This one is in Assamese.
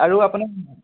আৰু আপোনাৰ